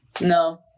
No